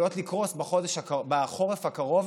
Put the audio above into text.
עלולות לקרוס בחורף הקרוב,